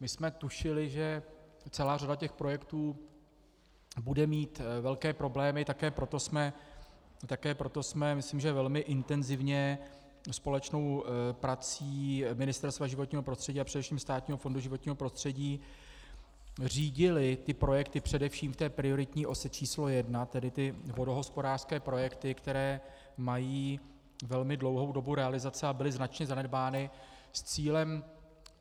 My jsme tušili, že celá řada projektů bude mít velké problémy, také proto jsme, myslím, že velmi intenzivně, společnou prací Ministerstva životního prostředí a především Státního fondu životního prostředí řídili ty projekty především v té prioritní ose číslo 1, tedy ty vodohospodářské projekty, které mají velmi dlouhou dobu realizace a byly značně zanedbány, s cílem